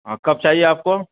ہاں کب چاہیے آپ کو